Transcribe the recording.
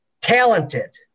talented